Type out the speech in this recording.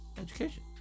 education